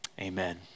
amen